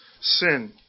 sin